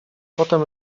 potem